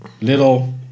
little